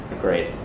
great